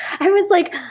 i was like,